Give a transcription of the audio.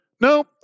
No